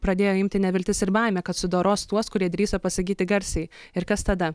pradėjo imti neviltis ir baimė kad sudoros tuos kurie drįso pasakyti garsiai ir kas tada